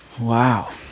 Wow